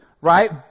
right